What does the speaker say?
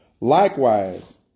likewise